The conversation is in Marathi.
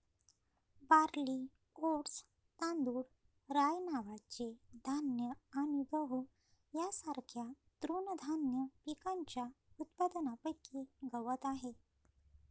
बार्ली, ओट्स, तांदूळ, राय नावाचे धान्य आणि गहू यांसारख्या तृणधान्य पिकांच्या उत्पादनापैकी गवत आहे